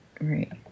right